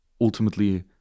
ultimately